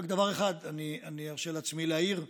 רק דבר אחד אני ארשה לעצמי להעיר: